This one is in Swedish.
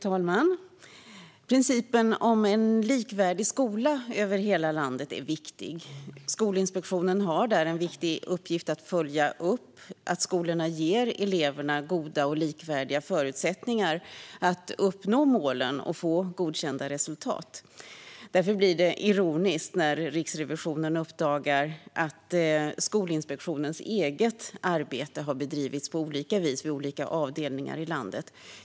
Fru talman! Principen om en likvärdig skola över hela landet är viktig. Skolinspektionen har där en viktig uppgift att följa upp att skolorna ger eleverna goda och likvärdiga förutsättningar att uppnå målen och få godkända resultat. Därför blir det ironiskt när Riksrevisionen uppdagar att Skolinspektionens eget arbete har bedrivits på olika sätt vid olika avdelningar i landet.